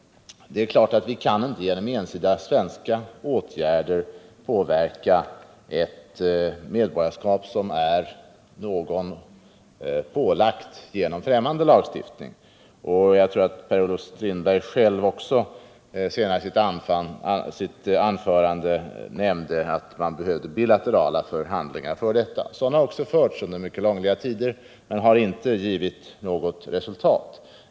Det är klart att vi inte genom ensidiga svenska åtgärder kan påverka ett medborgarskap som pålagts någon genom främmande lagstiftning. Jag tror Per-Olof Strindberg själv senare i sitt anförande nämnde att man behövde bilaterala förhandlingar för att nå detta mål. Sådana har också förts under långliga tider men har inte givit något resultat.